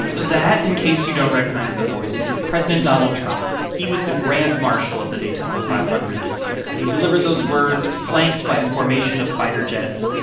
that, in case you don't recognize the voice, is president donald trump. he was the grand marshal of the daytona five hundred this year, and he delivered those words words flanked by a formation of fighter jets.